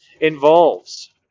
involves